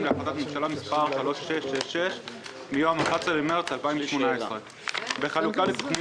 להחלטת ממשלה מספר 3666 מיום ה-11 במרץ 2018. בחלוקה ל ---.